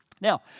Now